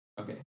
Okay